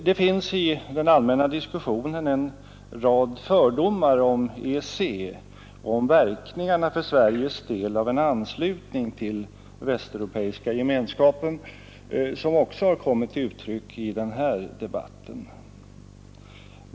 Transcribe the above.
Det finns i den allmänna diskussionen en rad fördomar om EEC och om verkningarna för Sveriges del av en anslutning till den västeuropeiska gemenskapen som också kommit till uttryck i denna debatt.